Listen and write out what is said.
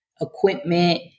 equipment